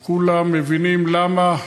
, וכולם מבינים למה,